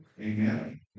Amen